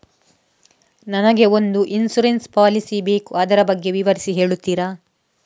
ನನಗೆ ಒಂದು insurance policy ಬೇಕು ಅದರ ಬಗ್ಗೆ ವಿವರಿಸಿ ಹೇಳುತ್ತೀರಾ?